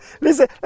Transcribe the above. Listen